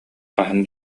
хаһан